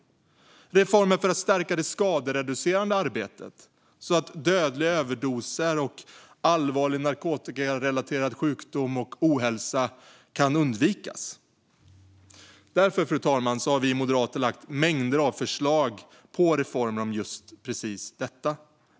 Slutligen handlar det om reformer för att stärka det skadereducerande arbetet så att dödliga överdoser och allvarlig narkotikarelaterad sjukdom och ohälsa kan undvikas. Därför, fru talman, har vi moderater lagt fram mängder av förslag på reformer om just precis dessa frågor.